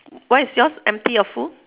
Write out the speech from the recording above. what is yours empty or full